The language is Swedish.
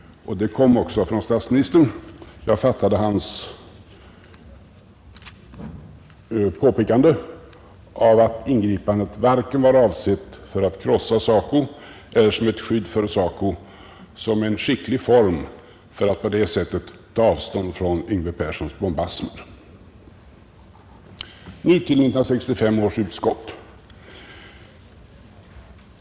En sådan kom också från statsministern. Jag uppfattade dennes påpekande, att ingripandet varken var avsett att krossa SACO eller som ett skydd för SACO, som en skicklig form för ett avståndstagande från Yngve Perssons bombasmer. Nu till 1965 års utskott.